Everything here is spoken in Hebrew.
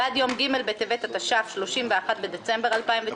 ועד יום ג' בטבת התש"ף (31 בדצמבר 2019),